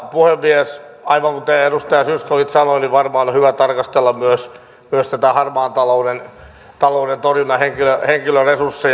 aivan kuten edustaja zyskowicz sanoi niin varmaan on hyvä tarkastella myös näitä harmaan talouden torjunnan henkilöresursseja